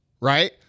right